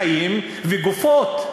הוא שרף אנשים חיים וגופות,